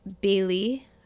Bailey